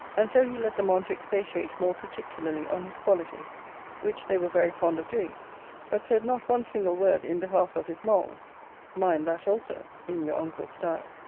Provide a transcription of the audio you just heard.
and so he led them on to expatiate more particularly on his qualities which they were very fond of doing but said not one single word in behalf of his morals mind that also, in your uncle's style.